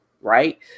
right